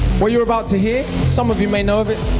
what you're about to hear, some of you may know of it,